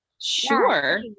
Sure